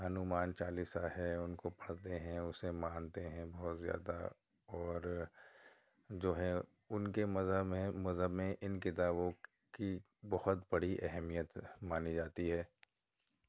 ہنومان چالیسا ہے ان کو پڑھتے ہیں اسے مانتے ہیں بہت زیادہ اور جو ہے ان کے مذہب میں مذہب میں ان کتابوں کی بہت بڑی اہمیت مانی جاتی ہے